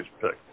picked